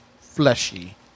fleshy